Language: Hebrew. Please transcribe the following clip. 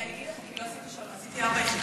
כי אני אגיד לך, עשיתי ארבע יחידות.